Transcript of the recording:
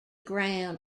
ground